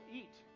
eat